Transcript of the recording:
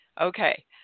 Okay